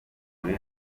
buri